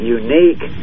unique